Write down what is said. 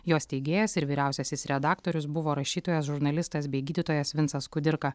jos steigėjas ir vyriausiasis redaktorius buvo rašytojas žurnalistas bei gydytojas vincas kudirka